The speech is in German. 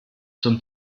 zum